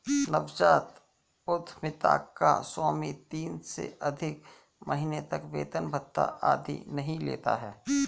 नवजात उधमिता का स्वामी तीन से अधिक महीने तक वेतन भत्ता आदि नहीं लेता है